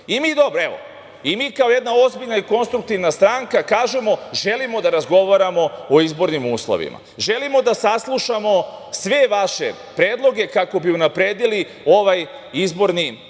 porodice. Mi kao jedna ozbiljna i konstruktivna stranka kažemo - želimo da razgovaramo o izbornim uslovima. Želimo da saslušamo sve vaše predloge kako bi unapredili ovaj izborni proces